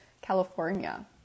California